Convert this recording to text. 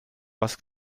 was